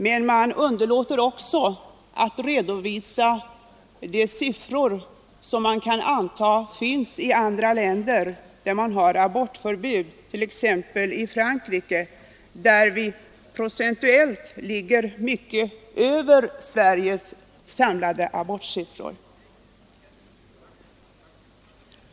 Men de underlåter också att redovisa siffror från länder där det råder abortförbud, t.ex. Frankrike, där man procentuellt ligger mycket över Sveriges sammanlagda abortsiffror.